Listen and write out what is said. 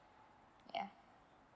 ya